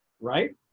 right